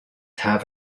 have